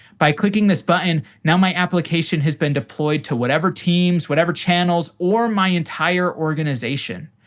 by clicking this button, now my application has been deployed to whatever teams, whatever channels, or my entire organization.